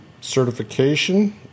certification